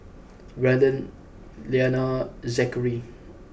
Braeden Liana Zackery